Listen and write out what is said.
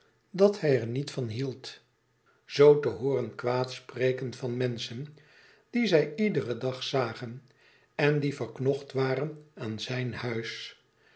dat hij er niet van hield zoo te hooren kwaad spreken van menschen die zij iederen dag zagen en die verknocht waren aan zijn huis